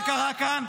זה?